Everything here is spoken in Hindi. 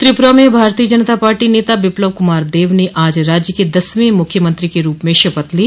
त्रिपुरा में भारतीय जनता पार्टी नेता बिप्लब कुमार देब ने आज राज्य के दसवें मुख्यमंत्री के रूप में शपथ ली